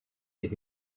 here